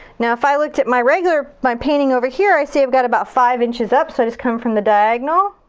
now, if i looked at my regular my painting over here, i see i've got about five inches up so i just come from the diagonal.